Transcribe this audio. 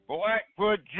Blackfoot